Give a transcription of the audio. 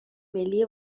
ملی